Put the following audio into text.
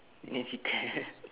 Nene chicken